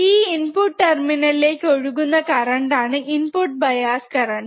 ഈ input terminal ലേക്ക് ഒഴുകുന്ന കറണ്ടാണ് ഇൻപുട് ബയാസ് കറന്റ്